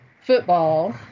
Football